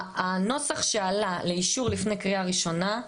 הנוסח שעלה לאישור לפני קריאה ראשונה,